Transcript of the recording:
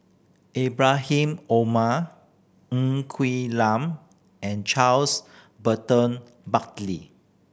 Ibrahim Omar Ng Quee Lam and Charles Burton Buckley